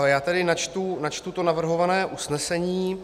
Já tedy načtu to navrhované usnesení: